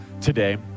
today